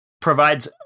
provides